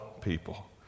people